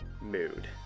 mood